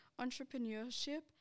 entrepreneurship